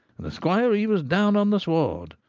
and the squire he was down on the sward.